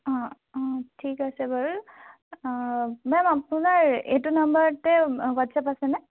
অ' অ' ঠিক আছে বাৰু মেম আপোনাৰ এইটো নম্বৰতে হোৱাটছএপ আছেনে